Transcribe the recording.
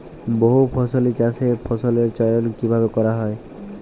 বহুফসলী চাষে ফসলের চয়ন কীভাবে করা হয়?